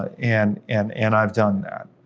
and and and i've done that.